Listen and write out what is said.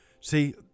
See